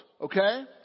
Okay